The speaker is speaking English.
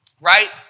right